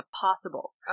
possible